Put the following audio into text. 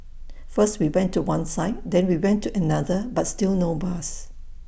first we went to one side then we went to another but still no bus